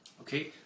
okay